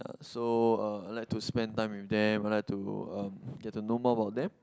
so uh I like to spend time with them I like to um get to know more about them